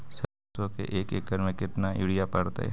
सरसों में एक एकड़ मे केतना युरिया पड़तै?